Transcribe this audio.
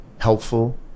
helpful